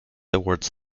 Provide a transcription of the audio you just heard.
awards